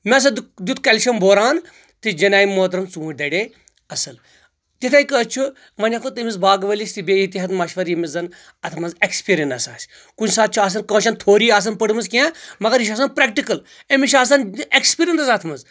مےٚ ہسا دُت دِیُت کیٚلشم بوران تہٕ جناب محترم ژونٛٹھۍ درے اصٕل تِتھے کٲٹھۍ چھُ وۄنۍ ہیٚکو تٔمِس باغہٕ وٲلِس بییٚہِ تہِ ہیٚتھ مشور یٔمِس زن اتھ منٛز ایٚکٕسپیرینس آسہِ کُنہِ ساتہٕ چھُ آسان کٲشرٮ۪ن تھوری آسان پٔرمٕژ کینٛہہ مگر یہِ چھُ آسان پریٚٹِکٕلی أمِس چھِ آسان یہِ ایٚکٕسپیرینس اتھ منٛز